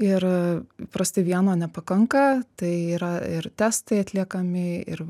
ir įprastai vieno nepakanka tai yra ir testai atliekami ir